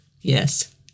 Yes